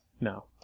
No